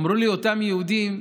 אמרו לי אותם יהודים: